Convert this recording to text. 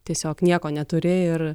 tiesiog nieko neturi ir